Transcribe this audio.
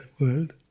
world